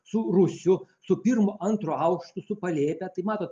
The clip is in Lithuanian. su rūsiu su pirmu antru aukštu su palėpe tai matot